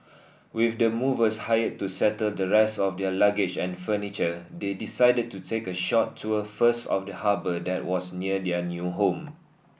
with the movers hired to settle the rest of their luggage and furniture they decided to take a short tour first of the harbour that was near their new home